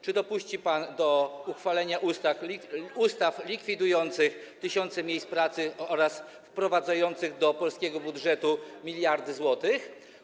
Czy dopuści pan do uchwalenia ustaw likwidujących tysiące miejsc pracy wprowadzających do polskiego budżetu miliardy złotych?